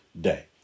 day